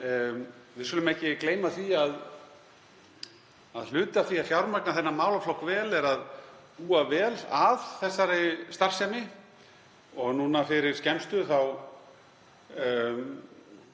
Við skulum ekki gleyma því að hluti af því að fjármagna þennan málaflokk vel er að búa vel að þessari starfsemi og nú fyrir skemmstu